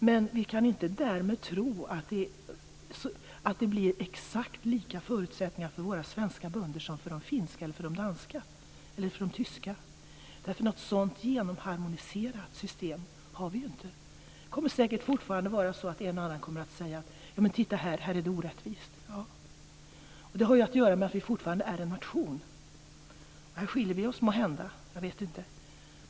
Men vi kan inte därmed tro att det blir exakt lika förutsättningar för våra svenska bönder som för de finska, danska eller tyska bönderna, därför att något sådant genomharmoniserat system har vi ju inte. Fortfarande kommer säkert en och annan att säga att det är orättvist. Det har ju att göra med att vi fortfarande är en nation. Här skiljer vi oss åt måhända.